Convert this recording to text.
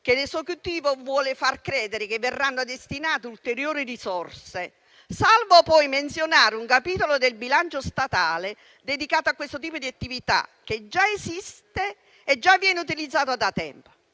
che l'Esecutivo vuole far credere che verranno destinate ulteriori risorse, salvo poi menzionare un capitolo del bilancio statale dedicato a questo tipo di attività, che già esiste e già viene utilizzato da tempo.